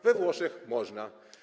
We Włoszech można.